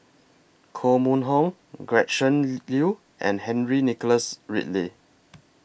Koh Mun Hong Gretchen Liu and Henry Nicholas Ridley